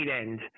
end